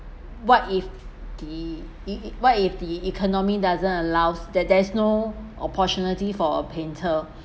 what if the e~ e~ what if the economy doesn't allow that there's no opportunity for a painter